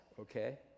okay